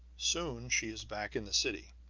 soon she is back in the city,